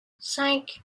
cinq